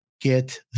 get